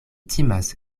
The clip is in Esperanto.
timas